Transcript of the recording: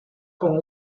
con